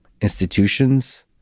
institutions